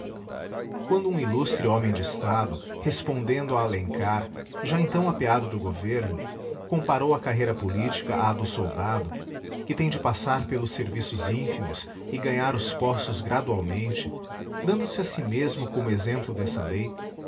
quando um ilustre homem de estado respondendo a alencar já então apeado do governo comparou a carreira política à do soldado que tem de passar pelos serviços ínfimos e ganhar os postos gradualmente dando-se a si mesmo como exemplo dessa lei